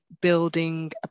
building